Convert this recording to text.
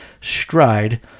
Stride